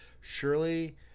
Surely